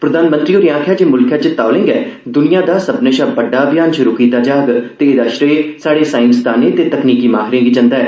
प्रघानमंत्री होरें आखेआ जे मुल्खै च तौले गै दूर्निया दा सब्मने शा बड़डा अभियान शुरू कीता जाग ते एहदा श्रेय स्हाडे साईंसदाने ते तॅकनीकी माहिरें गी जंदा ऐ